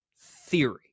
theory